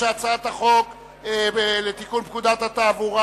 ההצעה להעביר את הצעת חוק לתיקון פקודת התעבורה